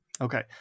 okay